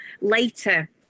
later